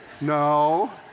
No